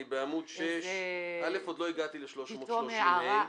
עוד לא הגעתי ל-330ה.